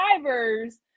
drivers